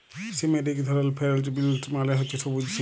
সিমের ইক ধরল ফেরেল্চ বিলস মালে হছে সব্যুজ সিম